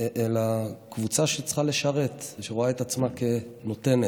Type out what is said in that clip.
אלא קבוצה שצריכה לשרת, שרואה את עצמה כנותנת.